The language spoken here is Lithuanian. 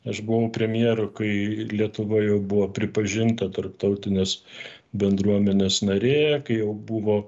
aš buvau premjeru kai lietuva jau buvo pripažinta tarptautinės bendruomenės narė kai jau buvo